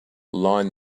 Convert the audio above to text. line